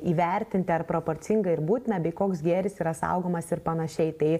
įvertinti ar proporcinga ir būtina bei koks gėris yra saugomas ir panašiai tai